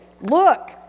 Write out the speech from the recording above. look